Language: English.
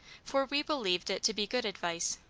for we believed it to be good advice,